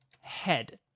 head